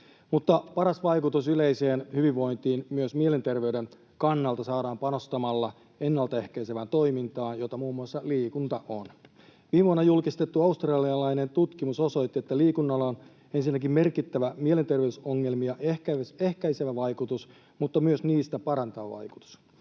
paras vaikutus yleiseen hyvinvointiin myös mielenterveyden kannalta saadaan panostamalla ennaltaehkäisevään toimintaan, jota muun muassa liikunta on. Viime vuonna julkistettu australialainen tutkimus osoitti, että liikunnalla on ensinnäkin merkittävä mielenterveysongelmia ehkäisevä vaikutus mutta myös niistä parantava vaikutus.